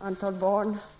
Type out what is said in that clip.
antal barn.